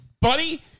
Buddy